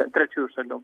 trečiųjų šalių